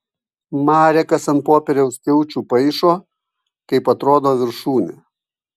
marekas ant popieriaus skiaučių paišo kaip atrodo viršūnė